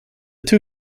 two